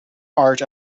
art